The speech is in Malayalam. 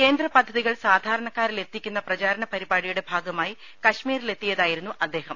കേന്ദ്ര പദ്ധതികൾ സാധാരണക്കാരിലെത്തിക്കുന്ന പ്രചാരണ പരിപാടിയുടെ ഭാഗമായി കശ്മീരിലെത്തിയതായിരുന്നു അദ്ദേഹം